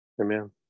Amen